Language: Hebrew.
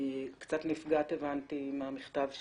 הבנתי שקצת נפגעת מהמכתב שלי,